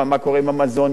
משרד הבריאות,